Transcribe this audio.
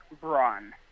Braun